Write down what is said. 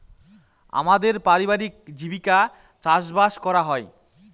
আমাদের পারিবারিক জীবিকা চাষবাস করা হয়